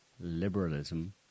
liberalism